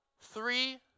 three